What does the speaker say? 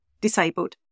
Disabled